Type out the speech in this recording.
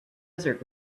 desert